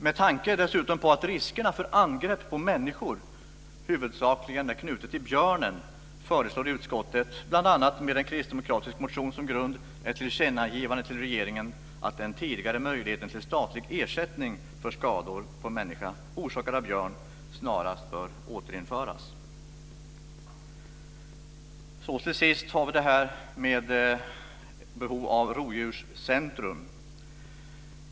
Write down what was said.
Med tanke på att riskerna för angrepp på människor huvudsakligen är knutna till björnen föreslår dessutom utskottet, bl.a. med en kristdemokratisk motion som grund, ett tillkännagivande till regeringen om att den tidigare möjligheten till statlig ersättning för skador på människa orsakade av björn snarast bör återinföras. Till sist har vi detta med behovet av rovdjurscentrum.